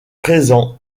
présent